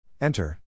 Enter